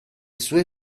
sue